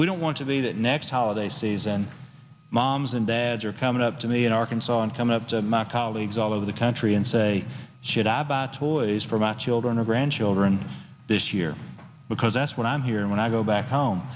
we don't want to be that next holiday season moms and dads are coming up to me in arkansas and come up to my colleagues all over the country and say should abbott's voice for my children or grandchildren this year because that's what i'm hearing when i go back home